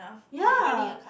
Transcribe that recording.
ya